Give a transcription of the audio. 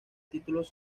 títulos